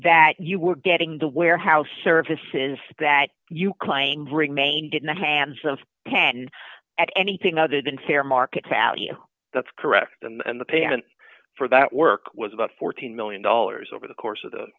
that you were getting the warehouse services that you claim bring main didn't the hands of can add anything other than fair market value that's correct and the payment for that work was about fourteen million dollars over the course of the